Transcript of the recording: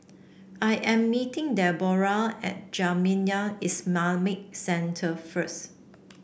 I am meeting Deborrah at Jamiyah Islamic Centre first